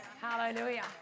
Hallelujah